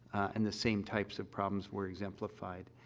and the same types of problems were exemplified.